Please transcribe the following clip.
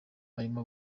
arimo